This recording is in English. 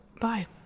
Bye